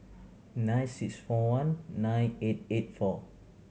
nine six four one nine eight eight four